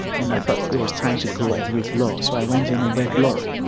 and i thought it it was time to go and read law. so i went in and read law.